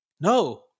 no